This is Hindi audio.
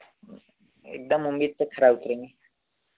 एक दम उम्मीद पर खरा उतरेंगे